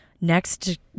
Next